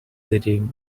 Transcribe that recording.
sitting